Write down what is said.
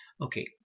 Okay